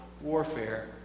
warfare